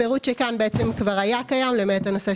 הפירוט שכאן כבר היה קיים למעט העניין